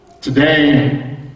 Today